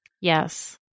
Yes